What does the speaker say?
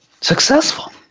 successful